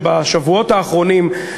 שבשבועות האחרונים,